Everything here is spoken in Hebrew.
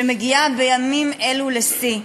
שמגיעה בימים אלו לשיא.